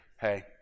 hey